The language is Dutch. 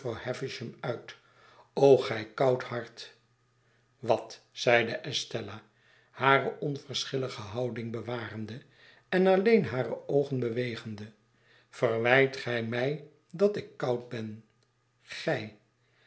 uit o gij koud hart wat zeide estella hare onverschillige houding bewarende en alleen hare oogen bewegende verwijt gij mij dat ik koud ben gij